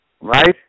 Right